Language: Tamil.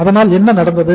அதனால் என்ன நடந்தது